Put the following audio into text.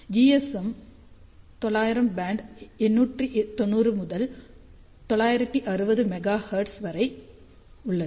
GSM 900 band 890 முதல் 960 megahertz வரை உள்ளது